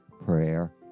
prayer